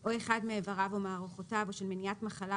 או אחד מאיבריו או מערכותיו או של מניעת מחלה,